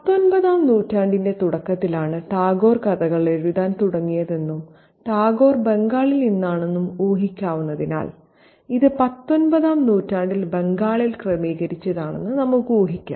പത്തൊൻപതാം നൂറ്റാണ്ടിന്റെ തുടക്കത്തിലാണ് ടാഗോർ കഥകൾ എഴുതാൻ തുടങ്ങിയതെന്നും ടാഗോർ ബംഗാളിൽ നിന്നാണെന്നും ഊഹിക്കാവുന്നതിനാൽ ഇത് 19 ആം നൂറ്റാണ്ടിൽ ബംഗാളിൽ ക്രമീകരിച്ചതാണെന്ന് നമുക്ക് ഊഹിക്കാം